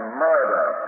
murder